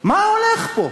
מה הולך פה?